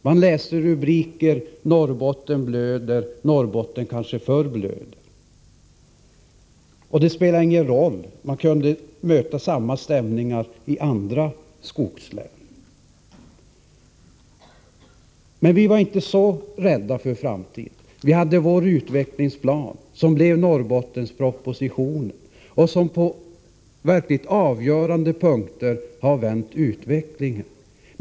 Man kunde läsa rubriker som ”Norrbotten blöder” och ”Norrbotten kanske förblöder”. Det spelade ingen roll vart man for. Man kunde möta samma stämningar i andra skogslän. Vi var emellertid inte så rädda för framtiden. Vi hade vår utvecklingsplan, som blev Norrbottenspropositionen och som på verkligt avgörande punkter har vänt utvecklingen.